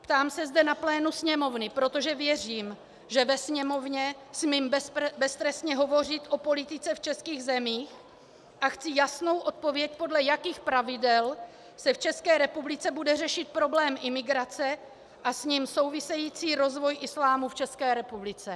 Ptám se zde na plénu Sněmovny, protože věřím, že ve Sněmovně smím beztrestně hovořit o politice v českých zemích, a chci jasnou odpověď, podle jakých pravidel se v České republice bude řešit problém imigrace a s ním související rozvoj islámu v České republice.